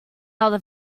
other